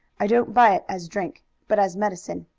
i don't buy it as drink, but as medicine.